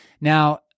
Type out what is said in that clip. Now